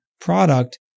product